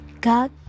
God